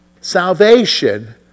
Salvation